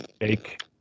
fake